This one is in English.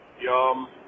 Yum